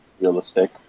realistic